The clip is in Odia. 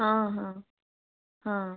ହଁ ହଁ ହଁ